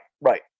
right